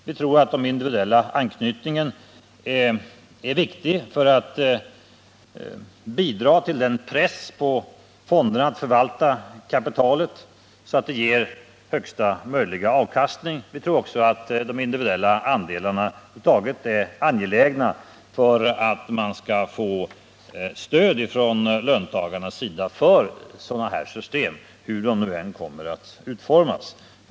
Vi tror att den individuella anknytningen är viktig för att bidra till en press på fonderna att förvalta kapitalet så att det ger högsta möjliga avkastning. Vi tror också att de individuella andelarna över huvud taget är angelägna för att man skall få löntagarnas stöd för sådana här system, hur de än kommer att utformas.